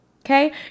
Okay